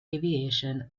aviation